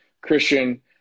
Christian